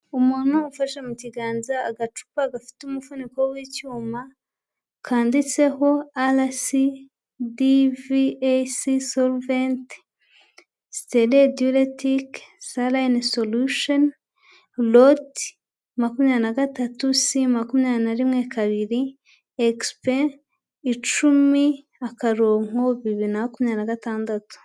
Umuntu ufashe mu kiganza agacupa gafite umufuniko w'icyuma, kandiditseho ''rcdvc solvat stele diletic sal solution lot makumyabiri n'agatatu c makumyabiri rimwe kabiri exp icumi akarongo bibiri na makumyabiri nagatandatu."